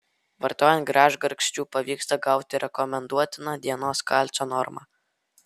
vartojant gražgarsčių pavyksta gauti rekomenduotiną dienos kalcio normą